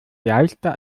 leichter